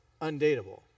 undateable